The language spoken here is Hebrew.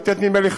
נדמה לי,